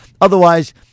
Otherwise